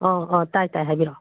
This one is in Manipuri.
ꯑꯣ ꯑꯣ ꯇꯥꯏ ꯇꯥꯏ ꯍꯥꯏꯕꯤꯔꯛꯑꯣ